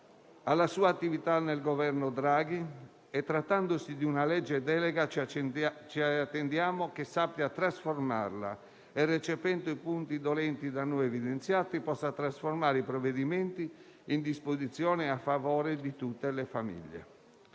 alla sua attività nel Governo Draghi e, trattandosi di una legge delega, ci attendiamo che sappia trasformarla e che, recependo i punti dolenti da noi evidenziati, possa trasformare i provvedimenti in disposizioni a favore di tutte le famiglie.